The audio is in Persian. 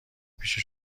پیش